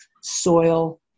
soil